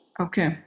Okay